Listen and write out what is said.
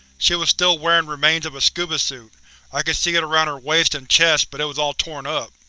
she was still wearing remains of a scuba suit i could see it around her waist and chest but it was all torn-up.